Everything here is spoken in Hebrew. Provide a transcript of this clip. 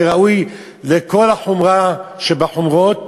ראוי לכל החומרה שבחומרות